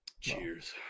Cheers